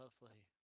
lovely